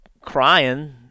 crying